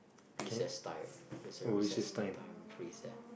recess time there's a recess time phrase eh